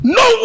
no